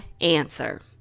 answer